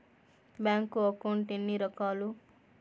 bank account ఎన్ని రకాలు